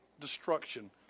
destruction